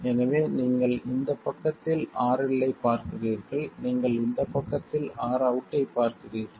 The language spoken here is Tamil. எனவே நீங்கள் இந்தப் பக்கத்தில் RL ஐப் பார்க்கிறீர்கள் நீங்கள் இந்தப் பக்கத்தில் Rout ஐப் பார்க்கிறீர்கள்